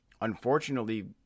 unfortunately